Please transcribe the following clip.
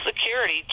security